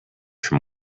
from